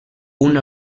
una